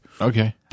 Okay